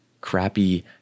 crappy